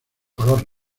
color